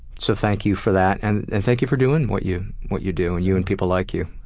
so thank you for that, and thank you for doing what you what you do, and you and people like you.